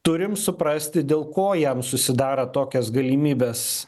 turim suprasti dėl ko jam susidaro tokias galimybes